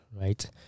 right